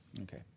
Okay